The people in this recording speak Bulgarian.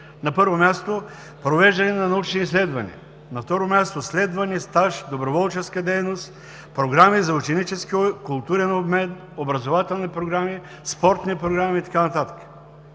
на първо място, провеждане на научни изследвания, на второ място, следване, стаж, доброволческа дейност, програми за ученически и културен обмен, образователни програми, спортни програми и така